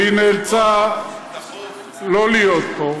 והיא נאלצה לא להיות פה,